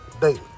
daily